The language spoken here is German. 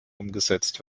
umgesetzt